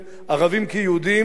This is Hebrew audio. לתושבי יהודה ושומרון,